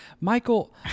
Michael